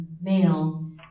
male